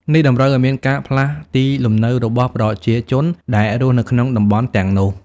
នេះតម្រូវឱ្យមានការផ្លាស់ទីលំនៅរបស់ប្រជាជន ដែលរស់នៅក្នុងតំបន់ទាំងនោះ។